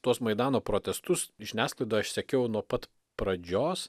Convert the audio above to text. tuos maidano protestus žiniasklaidoj aš sekiau nuo pat pradžios